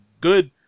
Good